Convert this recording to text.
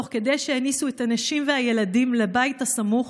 תוך כדי שהניסו את הנשים והילדים לבית הסמוך,